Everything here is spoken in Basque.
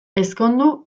ezkondu